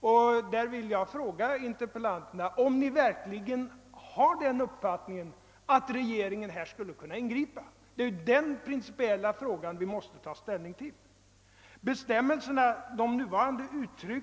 Jag vill fråga interpellanten och frågeställaren, om de verkligen har den uppfattningen att regeringen här skulle kunna ingripa. Det är den principiella fråga vi måste ta ställning till.